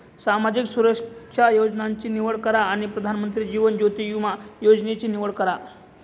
सामाजिक सुरक्षा योजनांची निवड करा आणि प्रधानमंत्री जीवन ज्योति विमा योजनेची निवड करा